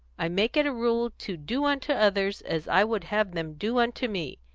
i make it a rule to do unto others as i would have them do unto me.